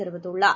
தெரிவித்துள்ளார்